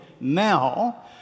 now